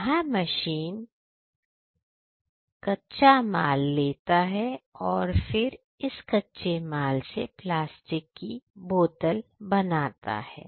यहां मशीन कमाल लेता है और फिर कच्चे माल से प्लास्टिक की बोतल बनाता है